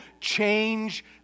Change